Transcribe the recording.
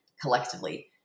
collectively